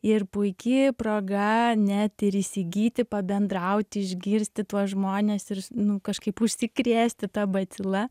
ir puiki proga net ir įsigyti pabendrauti išgirsti tuos žmones ir nu kažkaip užsikrėsti ta bacila